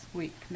week